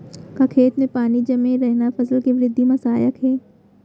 का खेत म पानी जमे रहना फसल के वृद्धि म सहायक हे?